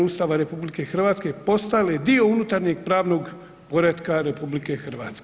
Ustava RH postale dio unutarnjeg pravnog poretka RH.